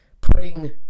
putting